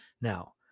Now